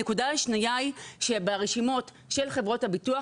הנקודה השנייה היא שברשימות של חברות הביטוח,